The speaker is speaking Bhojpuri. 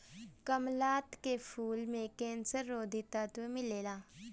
कामलता के फूल में कैंसर रोधी तत्व मिलेला